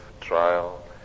trial